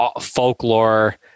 folklore